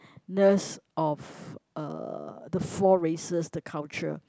~ness of uh the four races the culture